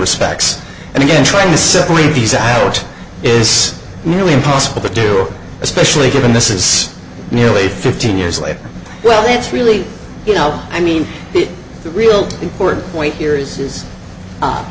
respects and again trying to separate the sad part is nearly impossible to do especially given this is nearly fifteen years later well it's really you know i mean the real important point here is